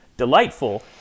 Delightful